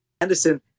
Anderson